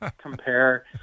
compare